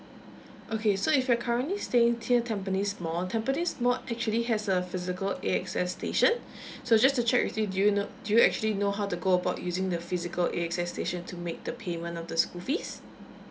okay so if you are currently staying mear tampines mall tampines mall actually has a physical A_X_S station so just to check with you do you know do you actually know how to go about using the physical A_X_S station to make the payment of the school fees